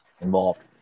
involved